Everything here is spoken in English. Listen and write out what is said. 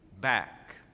back